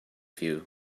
view